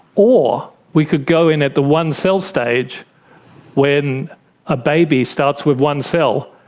or we could go in at the one cell stage when a baby starts with one cell,